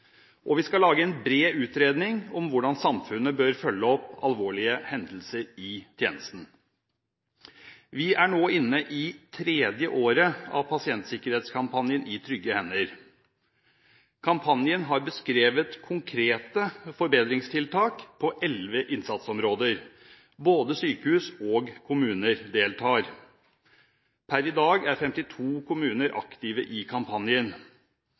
og vi skal lage en bred utredning om hvordan samfunnet bør følge opp alvorlige hendelser i tjenesten. Vi er nå inne i tredje året av pasientsikkerhetskampanjen «I trygge hender». Kampanjen har beskrevet konkrete forbedringstiltak på elleve innsatsområder. Både sykehus og kommuner deltar. Per i dag er 52 kommuner aktive i kampanjen.